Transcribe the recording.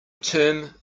term